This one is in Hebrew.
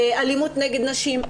אלימות נגד נשים,